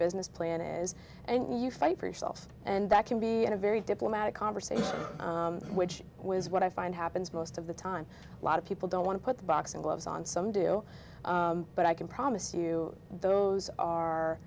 business plan is and you fight for yourself and that can be a very diplomatic conversation which was what i find happens most of the time a lot of people don't want to put the boxing gloves on some do but i can promise you those are